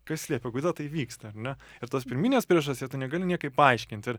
kas liepia o kodėl tai vyksta ar ne ir tos pirminės priežasties tu negali niekaip paaiškint ir